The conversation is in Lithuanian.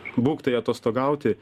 būk tai atostogauti